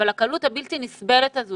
אבל הקלות הבלתי נסבלת הזו